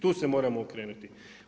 Tu se moramo okrenuti.